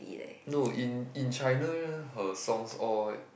no in in China her songs all